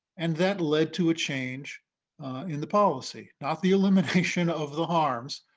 and that led to a change in the policy, not the elimination of the harms